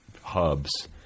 hubs